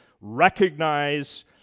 recognize